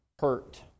hurt